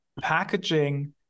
packaging